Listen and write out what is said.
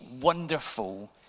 wonderful